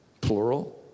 plural